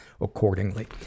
accordingly